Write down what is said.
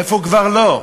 איפה כבר לא?